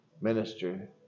minister